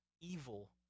evil